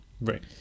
right